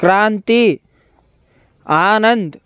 Kranti Anand